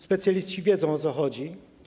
Specjaliści wiedzą, o co chodzi.